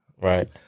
Right